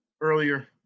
earlier